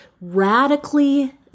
radically